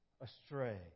astray